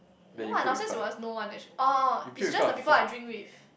no what downstairs it was no one orh orh it's just the people I drink with